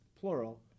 plural